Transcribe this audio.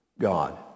God